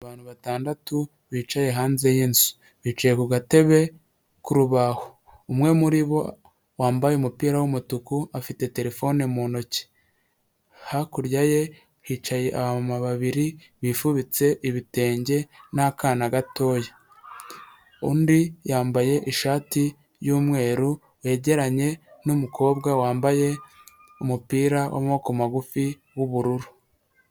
Abantu batandatu bicaye hanze y'inzu bicaye ku gatebe k'urubaho. Umwe muri bo wambaye umupira w'umutuku afite terefone mu ntoki hakurya ye hicaye abamama babiri bifubitse ibitenge n'akana gatoya undi yambaye ishati y'umweru wegeranye n'umukobwa wambaye umupira w'amaboko magufi w'ubururu.